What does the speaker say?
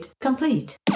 Complete